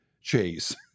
chase